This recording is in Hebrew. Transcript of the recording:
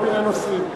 כל מיני נושאים.